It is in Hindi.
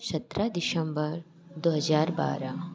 सत्रह दिशम्बर दो हज़ार बारह